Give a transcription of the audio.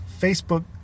Facebook